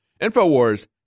Infowars